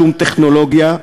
שום טכנולוגיה,